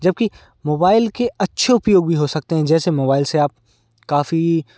जबकि मोबाइल के अच्छे उपयोग भी हो सकते हैं जैसे मोबाइल से आप काफी